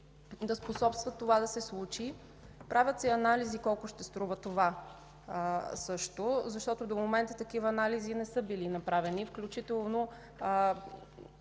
да способстват това да се случи. Правят се също анализи колко ще струва това. До момента такива анализи не са били направени, включително